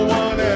one